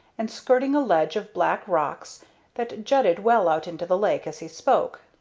and skirting a ledge of black rocks that jutted well out into the lake, as he spoke.